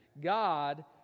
God